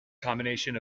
combination